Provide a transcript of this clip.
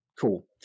Cool